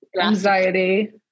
anxiety